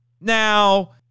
Now